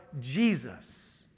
Jesus